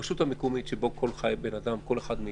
ברשות המקומית שבה חי כל בן אדם, כל אחד מאיתנו,